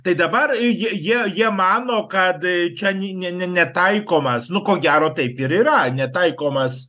tai dabar jie jie jie mano kad čia ni ni netaikomas nu ko gero taip ir yra netaikomas